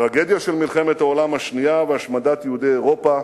הטרגדיה של מלחמת העולם השנייה והשמדת יהודי אירופה